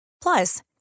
Plus